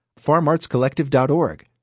FarmArtsCollective.org